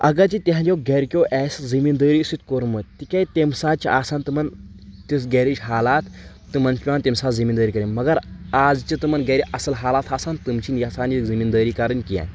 اگرچہِ تِہنٛدیٚو گَرِکیٚو آسہِ زٔمیٖندٲری سۭتۍ کوٚرمُت تِکیازِ تٔمۍ ساتہٕ چھِ آسَن تِمَن تِژھ گَرِچ حالات تِمَن چھُ پؠوان تمہِ ساتہٕ زٔمیٖندٲری کرٕنۍ مگر آز چھِ تِمن گرِ اصل حالاتھ آسان تِم چھِ نہٕ یژھان یہِ زٔمیٖندٲری کرٕنۍ کینٛہہ